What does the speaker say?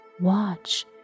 Watch